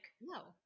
No